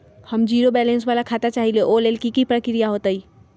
हम zero balance वाला खाता चाहइले वो लेल की की प्रक्रिया होतई?